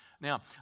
Now